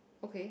okay